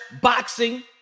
boxing